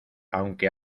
aunque